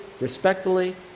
respectfully